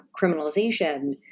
criminalization